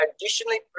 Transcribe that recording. additionally